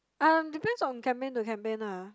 um depends on campaign to campaign lah